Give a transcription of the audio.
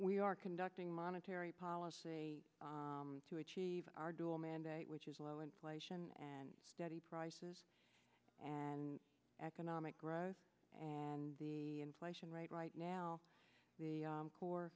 we are conducting monetary policy to achieve our dual mandate which is low inflation and steady prices and economic growth and the inflation rate right now the core